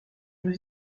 nous